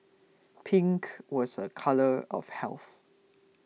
pink was a colour of health